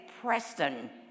Preston